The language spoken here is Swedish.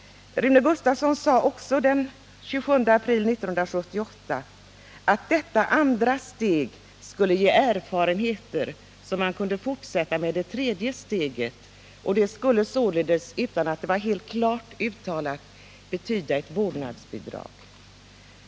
Rune Gustavsson sade den 27 april 1978 att detta andra steg skulle ge erfarenheter, så att man kunde fortsätta med det tredje steget. Det skulle, utan att det var klart uttalat, betyda ett vårdnadsbidrag.